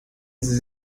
sie